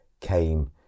came